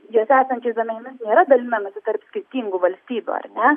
juose esančiais duomenimis nėra dalinamasi tarp skirtingų valstybių ar ne